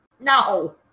no